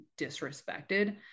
disrespected